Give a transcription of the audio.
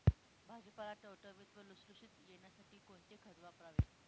भाजीपाला टवटवीत व लुसलुशीत येण्यासाठी कोणते खत वापरावे?